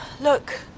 Look